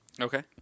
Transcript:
Okay